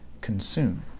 consume